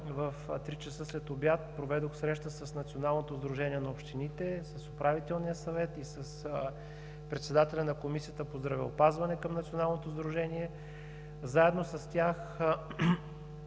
15,00 ч. следобед проведох среща с Националното сдружение на общините, с Управителния съвет и с председателя на Комисията по здравеопазване към Националното сдружение. Заедно с тях